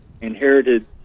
inherited